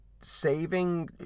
Saving